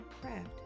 craft